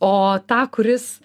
o tą kuris